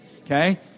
Okay